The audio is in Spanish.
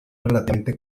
relativamente